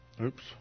Oops